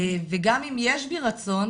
וגם אם יש בי רצון,